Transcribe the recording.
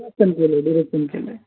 केलं आहे डिरेक्शन केलं आहे